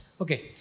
Okay